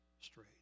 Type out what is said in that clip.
straight